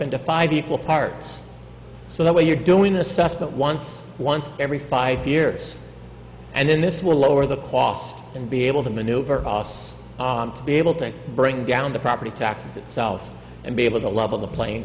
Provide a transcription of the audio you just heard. into five equal parts so that when you're doing a suspect once once every five years and then this will lower the cost and be able to maneuver to be able to bring down the property taxes itself and be able to level the playing